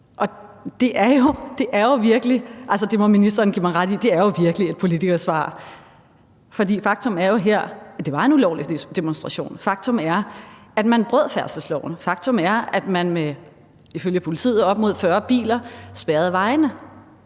det var en ulovlig demonstration. Faktum er, at man brød færdselsloven. Faktum er, at man med ifølge politiet op mod 40 biler spærrede vejene,